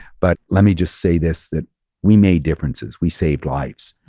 but let me just say this, that we made differences. we saved lives.